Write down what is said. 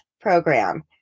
program